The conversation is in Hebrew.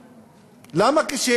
א.